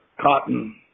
cotton